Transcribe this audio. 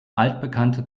altbekannte